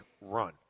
run